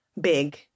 big